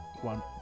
One